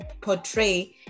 portray